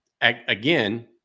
Again